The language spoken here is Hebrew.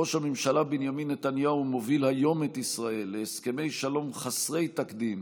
ראש הממשלה בנימין נתניהו מוביל היום את ישראל להסכמי שלום חסרי תקדים